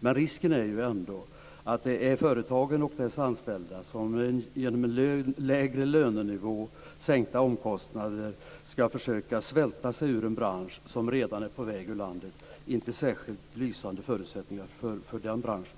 men risken är ju ändå att det är företagen och dess anställda som genom en lägre lönenivå och sänkta omkostnader skall försöka svälta sig ur en bransch som redan är på väg ut ur landet. Det är inte särskilt lysande förutsättningar för den branschen.